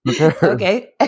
Okay